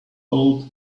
old